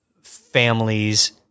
families